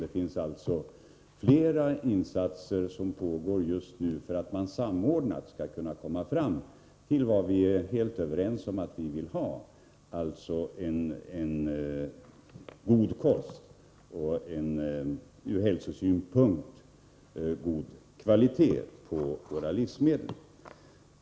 Det pågår alltså flera insatser för att vi samordnat skall kunna komma fram till vad vi är överens om att vi vill ha: en god kost och en från hälsosynpunkt god kvalitet på våra livsmedel.